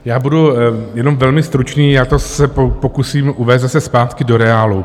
Já budu jenom velmi stručný, já se to pokusím uvést zase zpátky do reálu.